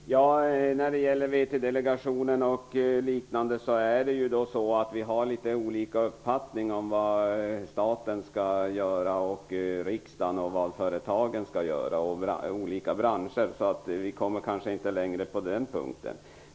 Fru talman! När det gäller VT-delegationen har vi litet olika uppfattningar om vad staten och riksdagen skall göra och vad företagen och olika branscher skall göra. Vi kommer kanske inte längre på den punkten.